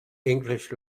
english